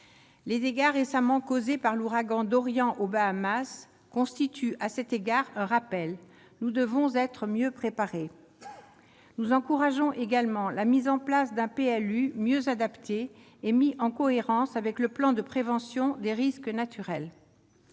les dégâts récemment causés par l'ouragan Dorian aux Bahamas constituent un rappel : nous devons être mieux préparés. Nous encourageons également la mise en place d'un PLU mieux adapté et mis en cohérence avec le plan de prévention des risques naturels